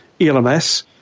ELMS